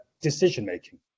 decision-making